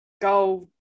go